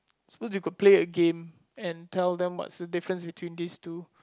so you could play a game and tell them what's the difference between these two